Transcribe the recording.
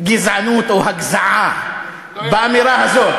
גזענות או הגזעה באמירה הזאת.